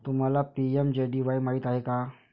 तुम्हाला पी.एम.जे.डी.वाई माहित आहे का?